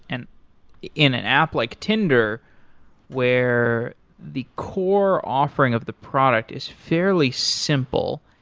and in an app like tinder where the core offering of the product is fairly simple.